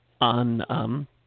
on